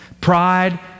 Pride